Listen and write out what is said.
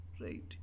right